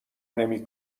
نمی